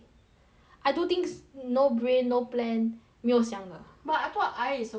I do things no brain no plan 没有想的 but I thought I is supposed to be introvert